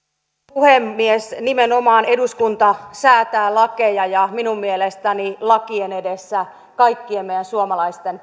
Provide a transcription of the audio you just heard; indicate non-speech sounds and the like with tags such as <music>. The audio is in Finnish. puhemies nimenomaan eduskunta säätää lakeja ja minun mielestäni lakien edessä kaikkien meidän suomalaisten <unintelligible>